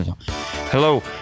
Hello